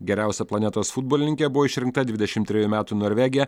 geriausia planetos futbolininke buvo išrinkta dvidešimt trejų metų norvegė